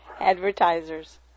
Advertisers